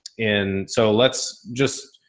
in, so let's just,